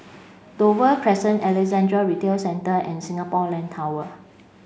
Dover Crescent Alexandra Retail Centre and Singapore Land Tower